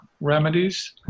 remedies